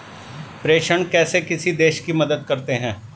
प्रेषण कैसे किसी देश की मदद करते हैं?